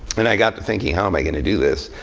and i got to thinking, how am i going to do this?